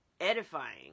edifying